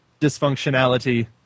dysfunctionality